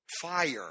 Fire